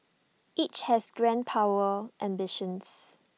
each has grand power ambitions